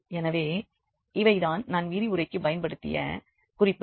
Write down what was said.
எனவே இவை தான் நான் இந்த விரிவுரைக்கு பயன்படுத்திய குறிப்புகள்